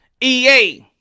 EA